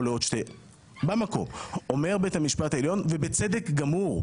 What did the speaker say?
אומר בית המשפט העליון,